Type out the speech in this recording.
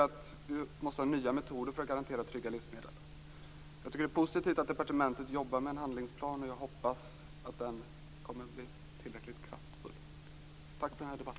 Det kräver nya metoder för att garantera trygga livsmedel. Jag tycker att det är positivt att departementet jobbar med en handlingsplan, och jag hoppas att den kommer att bli tillräckligt kraftfull. Tack för denna debatt.